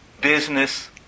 business